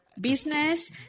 business